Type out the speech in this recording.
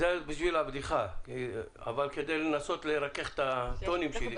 זה היה לשם הבדיחה וכדי לנסות לרכך את הטונים שלי.